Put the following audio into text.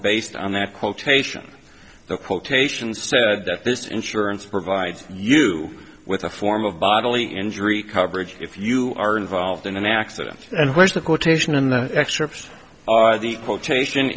based on that quotation the quotation said that this insurance provides you with a form of bodily injury coverage if you are involved in an accident and where's the quotation in the excerpts are the quotation